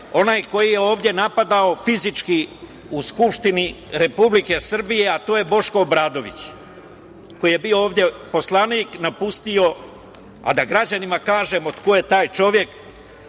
onaj koji je ovde napadao fizički u Skupštini Republike Srbije, a to je Boško Obradović, koji je bio ovde poslanik. Da građanima kažem ko je taj čovek,